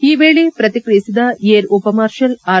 ಈ ವೇಳೆ ಪ್ರತಿಕ್ರಿಯಿಸಿದ ಏರ್ ಉಪಮಾರ್ಷಲ್ ಆರ್